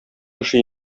кеше